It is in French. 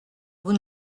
vous